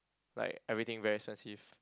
like everything very expensive